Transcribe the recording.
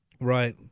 Right